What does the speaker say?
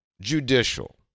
judicial